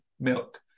milk